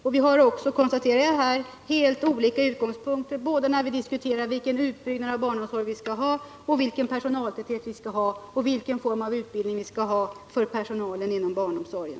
Jag konstaterar alltså att vi har helt olika utgångspunkter när vi diskuterar utbyggnaden, personaltätheten och utbildningen av personalen inom barnomsorgen.